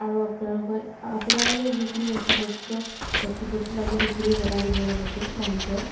আৰু আপোনালোকৰ আপোনালোকে যিখিনি নথি পত্ৰ নথি পত্ৰ লাগে সেইখিনি জনাই দিব লগতে মালিকৰ